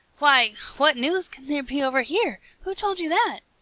why, what news can there be over here? who told you that?